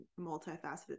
multifaceted